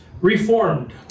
reformed